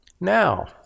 Now